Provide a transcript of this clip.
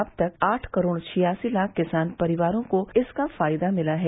अब तक आठ करोड़ छियासी लाख किसान परिवारों को इसका फायदा मिला है